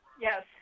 Yes